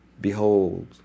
behold